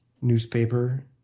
newspaper